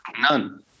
none